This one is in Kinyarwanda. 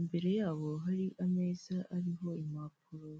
imbere yabo hariho ameza ariho impapuro.